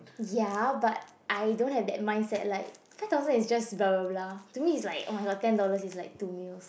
ya but I don't have that mindset like five thousand is just bla bla bla to me is like oh my god ten dollars is like two meals